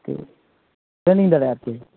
ᱴᱷᱤᱠ ᱵᱟᱹᱧ ᱵᱟᱲᱟᱭᱟ ᱟᱨᱠᱤ